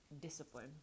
discipline